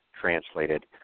translated